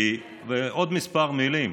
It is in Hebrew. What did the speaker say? ועוד כמה מילים: